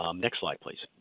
um next slide please.